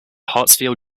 hartsfield